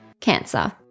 Cancer